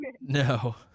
No